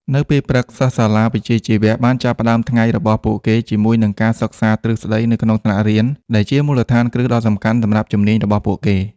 នៅពេលព្រឹក សិស្សសាលាវិជ្ជាជីវៈបានចាប់ផ្តើមថ្ងៃរបស់ពួកគេជាមួយនឹងការសិក្សាទ្រឹស្តីនៅក្នុងថ្នាក់រៀន ដែលជាមូលដ្ឋានគ្រឹះដ៏សំខាន់សម្រាប់ជំនាញរបស់ពួកគេ។